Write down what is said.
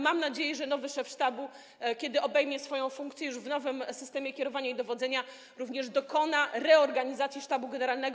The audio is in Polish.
Mam nadzieję, że nowy szef sztabu, kiedy obejmie swoją funkcję już w nowym systemie kierowania i dowodzenia, również dokona reorganizacji Sztabu Generalnego.